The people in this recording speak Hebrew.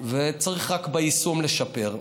וצריך רק ביישום לשפר.